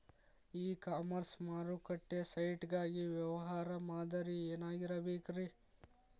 E commerce ಮಾರುಕಟ್ಟೆ site ಗಾಗಿ ವ್ಯವಹಾರ ಮಾದರಿ ಏನಾಗಿರಬೇಕ್ರಿ?